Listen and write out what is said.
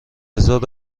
هزار